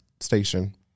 station